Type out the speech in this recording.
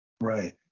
Right